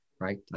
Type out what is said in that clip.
Right